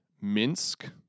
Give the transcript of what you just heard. Minsk